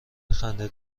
خنده